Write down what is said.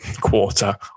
quarter